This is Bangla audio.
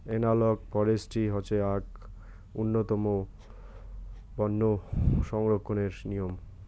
এনালগ ফরেষ্ট্রী হসে আক উন্নতম বন সংরক্ষণের নিয়ম